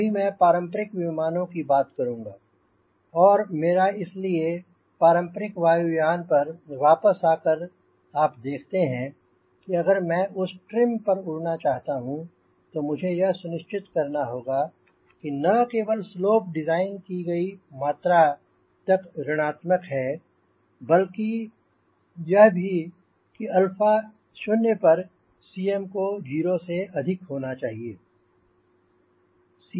अभी मैं पारंपरिक विमानों की बात करूंँगा और मेरा इसलिए पारंपरिक वायु यान पर वापस आकर आप देखते हैं कि अगर मैं उस ट्रिम पर उड़ना चाहता हूँ तो मुझे सुनिश्चित करना होगा कि न केवल स्लोप डिज़ाइन की गई मात्रा तक ऋण आत्मक है बल्कि यह भी कि अल्फा शून्य पर Cm को 0 से अधिक होना चाहिए